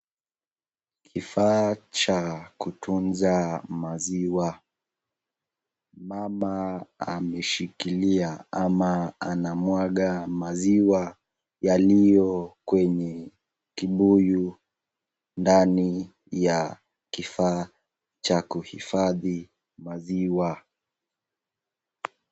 Kifaa cha kutunza maziwa .Mama ameshikilia ama anamwaga maziwa yaliyo kwenye kibuyu ndani ya kifaa cha kuhifadhi maziwa.